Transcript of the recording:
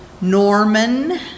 Norman